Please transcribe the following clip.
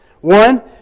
one